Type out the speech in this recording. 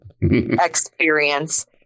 experience